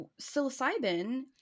psilocybin